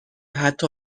حتی